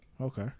Okay